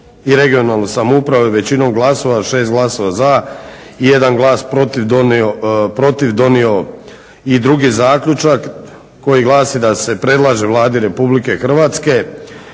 i regionalnu samoupravu je većinom glasova, 6 glasova za i 1 glas protiv donio i drugi zaključak koji glasi da se predlaže Vladi RH kao